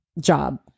job